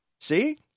See